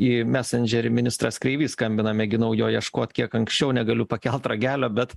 į messenger ministras kreivys skambina mėginau jo ieškot kiek anksčiau negaliu pakelt ragelio bet